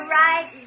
right